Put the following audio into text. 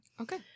Okay